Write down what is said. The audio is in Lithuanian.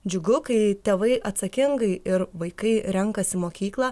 džiugu kai tėvai atsakingai ir vaikai renkasi mokyklą